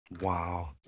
Wow